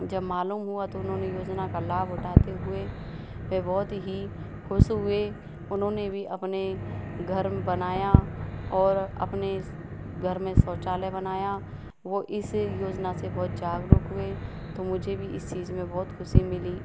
जब मालूम हुआ तो उन्होंने योजना का लाभ उठाते हुए वह बहुत ही खुश हुए उन्होंने भी अपने घर बनाया और अपने घर में शौचालय बनाया वो इस योजना से बहुत जागरूक हुए तो मुझे भी इस चीज में बहुत खुशी मिली